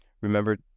Remember